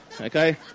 Okay